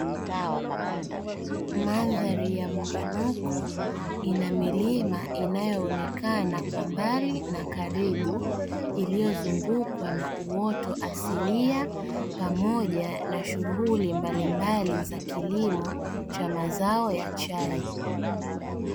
Mandhari ya muinuko ina milima inayoonekana kwa mbali na karibu, iliyozungukwa na uoto asilia pamoja na shughuli mbalimbali za kilimo cha mazao ya chai.